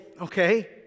okay